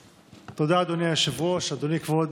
תודה, אדוני היושב-ראש, אדוני כבוד